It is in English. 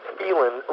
feeling